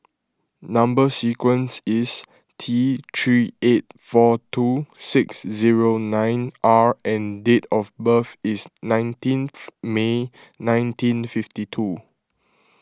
Number Sequence is T three eight four two six zero nine R and date of birth is nineteen May nineteen fifty two